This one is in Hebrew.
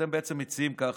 אתם בעצם מציעים ככה: